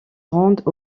rendent